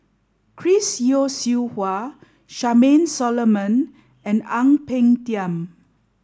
Chris Yeo Siew Hua Charmaine Solomon and Ang Peng Tiam